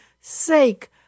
sake